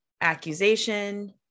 accusation